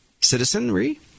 citizenry